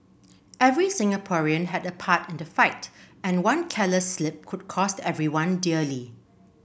every Singaporean had a part in the fight and one careless slip could cost everyone dearly